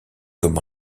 comme